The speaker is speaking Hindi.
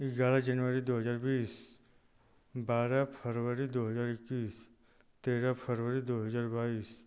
ग्यारह जनवरी दो हज़ार बीस बारह फरवरी दो हज़ार इक्कीस तेरह फरवरी दो हज़ार बाईस